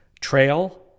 TRAIL